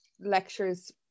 lectures